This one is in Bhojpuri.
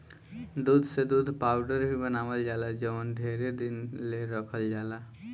दूध से दूध पाउडर भी बनावल जाला जवन ढेरे दिन ले रखल जाला